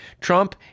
Trump